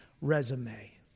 resume